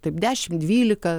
taip dešim dvylika